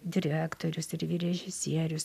direktorius ir vyr režisierius